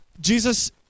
Jesus